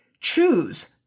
choose